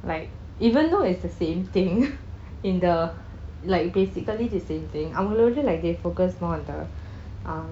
like even though it's the same thing in the like basically the same thing அவங்களோடு:avankalodu like they focus more on the